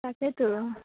তাকেইতো